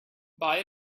buy